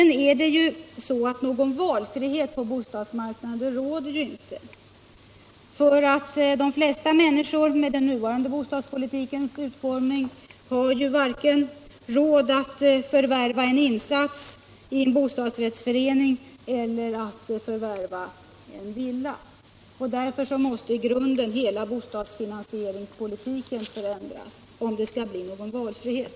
Någon valmöjlighet råder ju inte på bostadsmarknaden. Med den nuvarande bostadspolitikens utformning har de flesta människor inte råd att vare sig förvärva insats i en bostadsrättsförening eller köpa villa. Därför måste i grunden hela bostadsfinansieringspolitiken förändras, om det skall bli någon valfrihet.